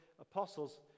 apostles